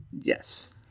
yes